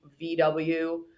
VW